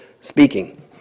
speaking